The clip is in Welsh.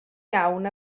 iawn